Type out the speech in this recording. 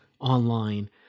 online